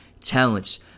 talents